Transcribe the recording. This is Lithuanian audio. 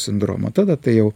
sindromo tada tai jau